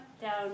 down